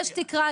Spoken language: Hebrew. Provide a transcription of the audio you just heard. יש תקרה,